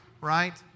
right